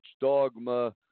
dogma